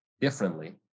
differently